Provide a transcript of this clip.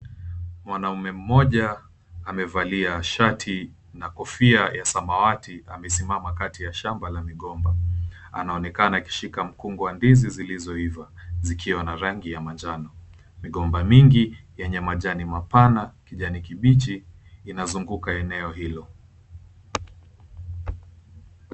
Mwanaume mmoja amevalia shati na kofia ya samawati amesimama kati ya shamba la migomba anaonekana akishika mkungu wa ndizi zilizoiva zikiwa na rangi ya manjano. Migomba mingi yenye majani mapana yanazunguka eneo hilo.